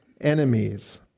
enemies